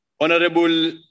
Honourable